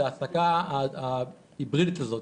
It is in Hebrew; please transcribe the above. זה העסקה היברידית הזאת,